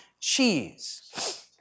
cheese